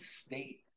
State